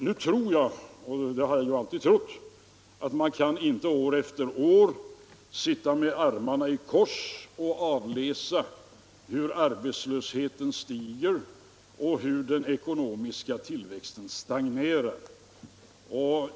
Nu tror jag — och det har jag ju alltid trott — att man kan inte år efter år sitta med armarna i kors och avläsa hur arbetslösheten stiger och hur den ekonomiska tillväxten stagnerar.